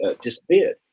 disappeared